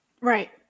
Right